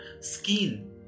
skin